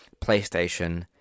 PlayStation